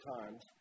times